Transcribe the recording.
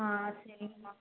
ஆ சரிங்கம்மா